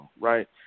right